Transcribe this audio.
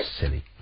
Silly